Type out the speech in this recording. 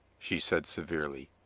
she said severely.